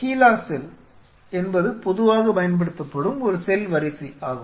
HeLa cell என்பது பொதுவாகப் பயன்படுத்தப்படும் ஒரு செல் வரிசை ஆகும்